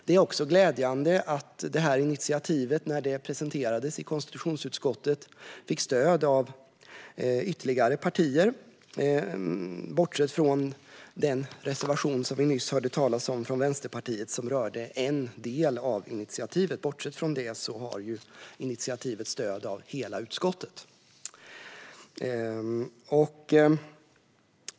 Det är också glädjande att detta initiativ, när det presenterades i konstitutionsutskottet, fick stöd av ytterligare partier, bortsett från en reservation som vi nyss hörde talas om från Vänsterpartiet och som rör en del av initiativet. Men bortsett från det har initiativet stöd av hela utskottet.